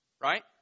Right